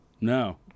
no